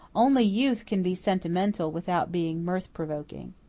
only youth can be sentimental without being mirth-provoking.